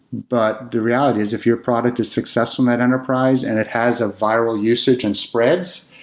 but the reality is if your product is successful at enterprise and it has a viral usage and spreads,